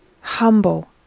humble